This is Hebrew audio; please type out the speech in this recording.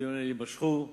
הדיונים יימשכו,